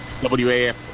WAF